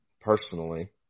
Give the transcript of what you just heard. personally